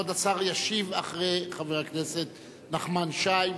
כבוד השר ישיב אחרי חבר הכנסת נחמן שי.